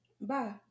Bye